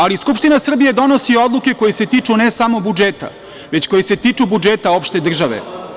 Ali, Skupština Srbije donosi odluke koje se tiču ne samo budžeta, već koje se tiču budžeta opšte države.